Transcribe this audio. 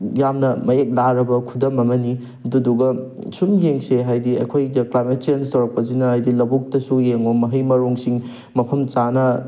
ꯌꯥꯝꯅ ꯃꯌꯦꯛ ꯂꯥꯔꯕ ꯈꯨꯗꯝ ꯑꯃꯅꯤ ꯑꯗꯨꯗꯨꯒ ꯁꯨꯝ ꯌꯦꯡꯁꯤ ꯍꯥꯏꯗꯤ ꯑꯩꯈꯣꯏꯗ ꯀ꯭ꯂꯥꯏꯃꯦꯠ ꯆꯦꯟꯖ ꯇꯧꯔꯛꯄꯁꯤꯅ ꯍꯥꯏꯗꯤ ꯂꯧꯕꯨꯛꯇꯁꯨ ꯌꯦꯡꯉꯨ ꯃꯍꯩ ꯃꯔꯣꯡꯁꯤꯡ ꯃꯐꯝ ꯆꯥꯅ